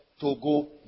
Togo